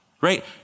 right